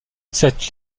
cette